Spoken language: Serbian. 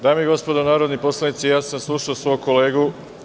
Dame i gospodo narodni poslanici, slušao sam svog kolegu.